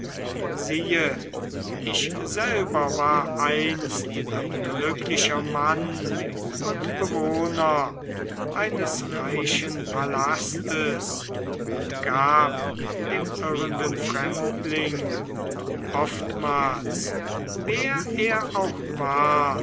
siehe ich selber war einst ein glücklicher mann und bewohner eines reichen palastes und gab dem irrenden fremdling oftmals wer er auch war